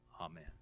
Amen